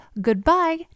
goodbye